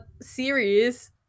series